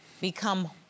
become